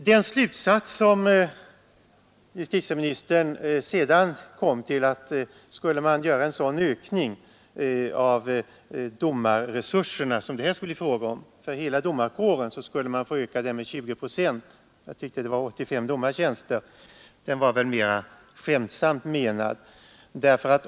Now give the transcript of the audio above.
Den slutsats som justitieministern sedan kom fram till, att om man skulle göra en sådan ökning av domareresurserna som det här skulle bli fråga om för hela domarekåren, så skulle de ökas med 20 procent. Jag tyckte att statsrådet nämnde 85 domaretjänster, men det var väl mera skämtsamt menat.